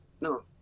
No